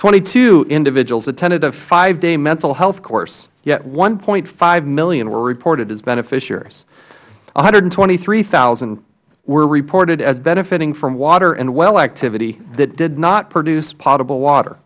twenty two individuals attended a five day mental health course yet one point five million were reported as beneficiaries one hundred and twenty three thousand were reported as benefitting from water and well activities that did not produce potable water